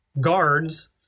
guards